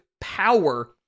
power